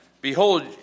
Behold